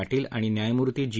पाटील आणि न्यायमूर्ती जी